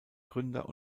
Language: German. gründer